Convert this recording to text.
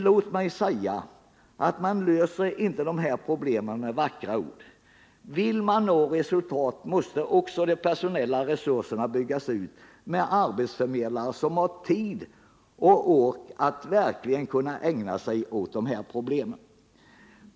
Låt mig dock säga att man löser icke dessa problem med vackra ord. Vill man nå resultat måste också de personella resurserna byggas ut med arbetsförmedlare som har tid och ork att verkligen ägna sig åt problemen.